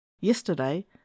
Yesterday